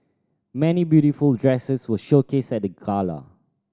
many beautiful dresses were showcased at the gala